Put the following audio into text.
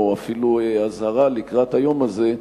או אפילו אזהרה לקראת היום הזה,